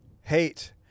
hate